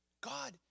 God